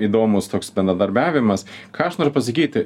įdomus toks bendradarbiavimas ką aš noriu pasakyti